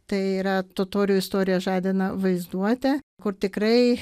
tai yra totorių istorija žadina vaizduotę kur tikrai